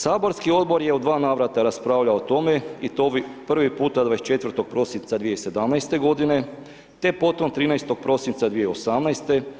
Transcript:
Saborski odbor je u dva navrata raspravljao o tome i to prvi puta 24. prosinca 2017. godine te potom 13. prosinca 2018.